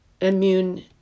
immune